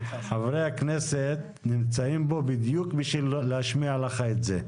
חברי הכנסת נמצאים פה בדיוק בשביל להשמיע לך את זה,